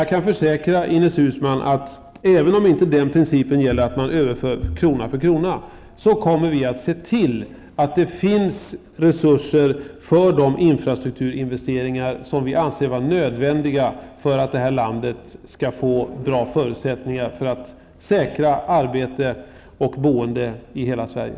Jag kan försäkra Ines Uusmann, att även om inte principen gäller att överföra krona för krona, kommer vi att se till att det finns resurser för de infrastrukturinvesteringar som vi anser vara nödvändiga för att det här landet skall få bra förutsättningar för att säkra arbetstillfällen och boende i hela Sverige.